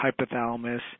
hypothalamus